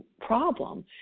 problem